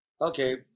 okay